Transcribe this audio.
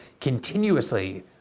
continuously